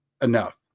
enough